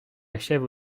achève